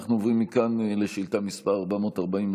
אנחנו עוברים מכאן לשאילתה מס' 448,